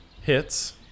hits